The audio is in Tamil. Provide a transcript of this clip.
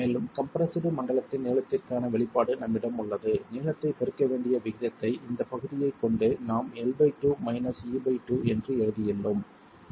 மேலும் கம்ப்ரெஸ்டு மண்டலத்தின் நீளத்திற்கான வெளிப்பாடு நம்மிடம் உள்ளது நீளத்தைப் பெருக்க வேண்டிய விகிதத்தை இந்தப் பகுதியைக் கொண்டு நாம் l2 - e2 என்று எழுதியுள்ளோம்